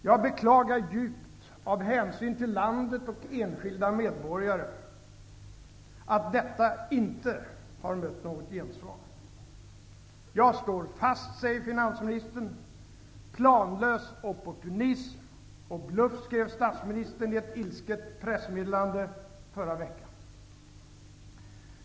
Jag beklagar djupt -- av hänsyn till landet och till enskilda medborgare -- att detta inte har mött något gensvar. ''Jag står fast'', säger finansministern. ''Planlös opportunism'' och ''bluff'', skrev statsministern i ett ilsket pressmeddelande förra veckan.